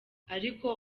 ariko